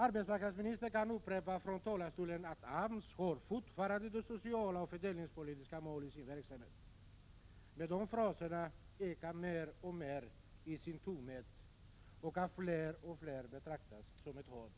Arbetsmarknadsministern kan från talarstolen upprepa att AMS fortfarande arbetar för de sociala och fördelningspolitiska målen. Men de fraserna ekar mer och mer i sin tomhet och betraktas av fler och fler som hån.